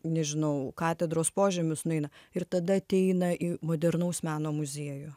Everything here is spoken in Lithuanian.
nežinau katedros požemius nueina ir tada ateina į modernaus meno muziejų